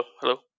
Hello